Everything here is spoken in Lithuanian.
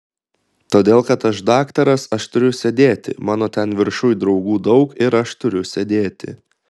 todėl kad aš daktaras aš turiu sėdėti mano ten viršuj draugų daug ir aš turiu sėdėti